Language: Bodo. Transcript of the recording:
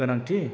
गोनांथि